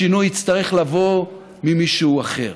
השינוי יצטרך לבוא ממישהו אחר.